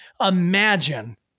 imagine